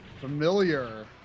familiar